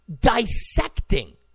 ...dissecting